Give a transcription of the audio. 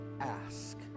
ask